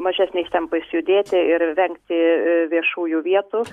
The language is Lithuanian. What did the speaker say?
mažesniais tempais judėti ir vengti viešųjų vietų